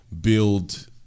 build